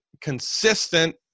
consistent